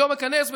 היום איכנס,